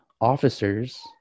officers